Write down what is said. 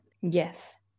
yes